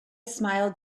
smiled